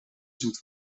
zoet